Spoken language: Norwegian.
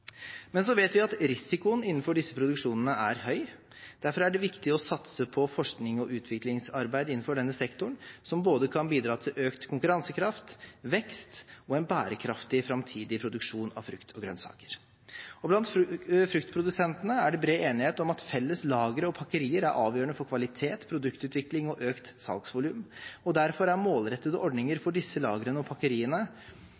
Men vi vet at risikoen innenfor disse produksjonene er høy. Derfor er det viktig å satse på forsknings- og utviklingsarbeid innenfor denne sektoren som kan bidra til både økt konkurransekraft, vekst og en bærekraftig framtidig produksjon av frukt og grønnsaker. Blant fruktprodusentene er det bred enighet om at felles lagre og pakkerier er avgjørende for kvalitet, produktutvikling og økt salgsvolum. Derfor er målrettede ordninger